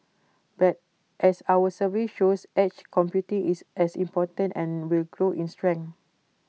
but as our survey shows edge computing is as important and will grow in strength